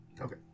Okay